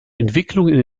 entwicklungen